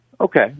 Okay